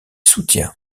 soutient